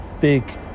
big